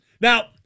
Now